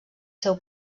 seu